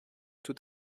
tout